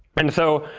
but and so,